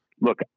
Look